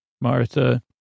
martha